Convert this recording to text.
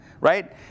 Right